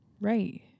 Right